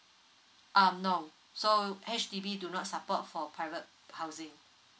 um no so H_D_B do not support for private housing